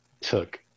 took